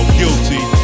guilty